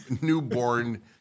newborn